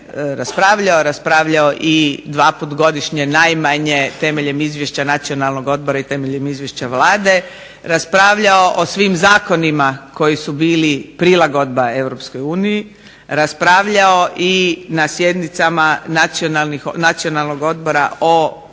raspravljao i dva puta godišnje najmanje temeljem izvješća Nacionalnog odbora i temeljem izvješća Vlade, raspravljao o svim zakonima koji su bili prilagodba Europskoj uniji, raspravljao i na sjednicama Nacionalnog odbora o